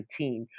2019